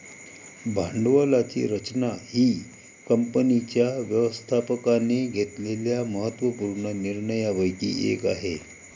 भांडवलाची रचना ही कंपनीच्या व्यवस्थापकाने घेतलेल्या महत्त्व पूर्ण निर्णयांपैकी एक आहे